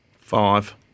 Five